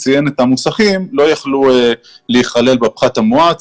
ציין את המוסכים לא יכלו להיכלל בפחת המואץ.